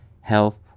health